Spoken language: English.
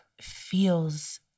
feels